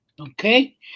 okay